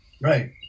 right